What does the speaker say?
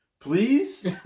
please